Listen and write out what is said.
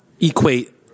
equate